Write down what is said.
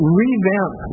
revamp